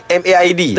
maid